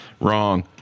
wrong